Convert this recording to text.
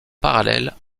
parallèle